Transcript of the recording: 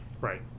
Right